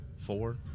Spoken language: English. Four